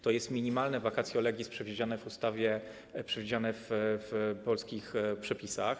To jest minimalne vacatio legis przewidziane w ustawie, przewidziane w polskich przepisach.